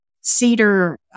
Cedar